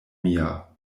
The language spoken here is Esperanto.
mia